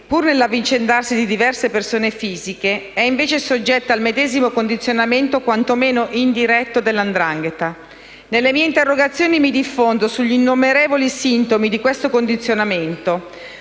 pur nell'avvicendarsi di diverse persone fisiche, è invece soggetta al medesimo condizionamento, quantomeno indiretto, della 'ndrangheta. Nelle mie interrogazioni mi diffondo sugli innumerevoli sintomi di questo condizionamento: